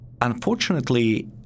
Unfortunately